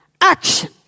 action